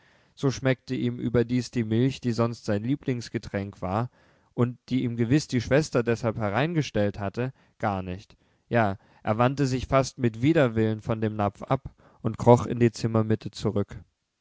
so schmeckte ihm überdies die milch die sonst sein lieblingsgetränk war und die ihm gewiß die schwester deshalb hereingestellt hatte gar nicht ja er wandte sich fast mit widerwillen von dem napf ab und kroch in die zimmermitte zurück